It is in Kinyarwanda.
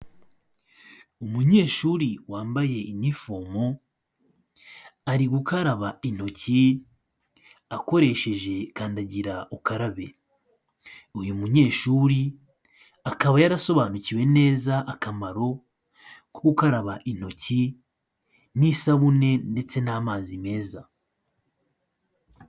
Umunyeshuri wambaye inifomo ari gukaraba intoki akoresheje kandagira ukarabe, uyu munyeshuri akaba yarasobanukiwe neza akamaro ko gukaraba intoki n'isabune ndetse n'amazi meza.